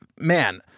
man